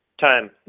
Time